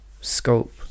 scope